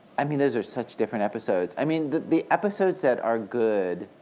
i mean, those are such different episodes. i mean, the the episodes that are good